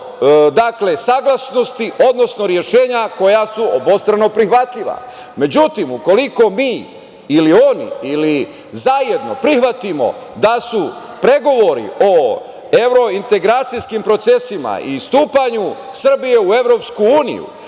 do saglasnosti, odnosno rešenja koja su obostrano prihvatljiva.Međutim, ukoliko mi ili oni ili zajedno prihvatimo da su pregovori o evrointegracijskim procesima i stupanju Srbije u EU